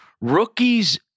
rookies